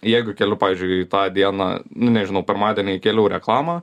jeigu keliu pavyzdžiui tą dieną nu nežinau pirmadienį keliu reklamą